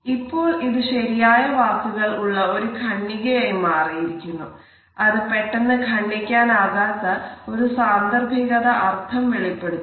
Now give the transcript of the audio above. ഇപ്പോൾ ഇത് ശരിയായ വാക്കുകൾ ഉള്ള ഒരു ഖണ്ഡികയായി മാറിയിരിക്കുന്നു